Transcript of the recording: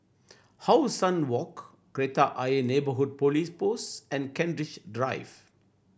How Sun Walk Kreta Ayer Neighbourhood Police Post and Kent Ridge Drive